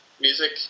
music